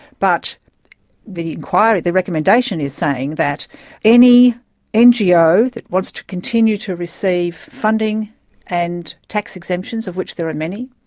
but the inquiry, the recommendation, is saying that any ngo that wants to continue to receive funding and tax exemptions, of which there are many,